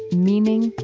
meaning,